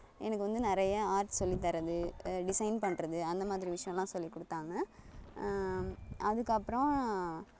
எனக்கு வந்து நிறைய ஆர்ட் சொல்லித்தர்றது டிசைன் பண்ணுறது அந்த மாதிரி விஷயோம்லாம் சொல்லிக் கொடுத்தாங்க அதுக்கப்றம்